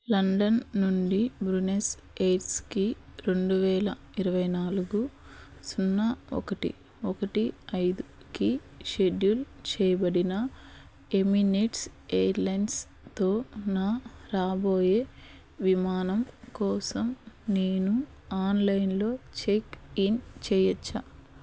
London నుండి Buenos ఎయిర్స్కి రెండువేల ఇరవై నాలుగు సున్నా ఒకటి ఒకటి ఐదుకి షెడ్యూల్ చేయబడిన ఎమినేట్స్ ఎయిర్లైన్స్తో నా రాబోయే విమానం కోసం నేను ఆన్లైన్లో చెక్ఇన్ చెయ్యచ్చా